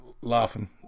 laughing